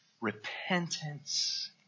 Repentance